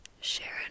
Sharon